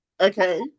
Okay